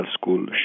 school